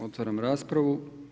Otvaram raspravu.